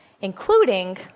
including